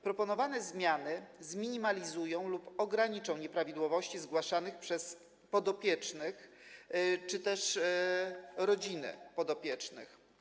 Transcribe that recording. Proponowane zmiany zminimalizują lub ograniczą nieprawidłowości zgłaszane przez podopiecznych czy też rodziny podopiecznych.